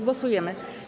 Głosujemy.